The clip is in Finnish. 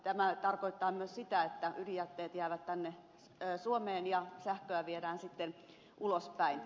tämä tarkoittaa myös sitä että ydinjätteet jäävät tänne suomeen ja sähköä viedään sitten ulospäin